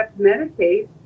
Medicaid